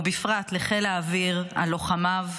ובפרט לחיל האוויר על לוחמיו,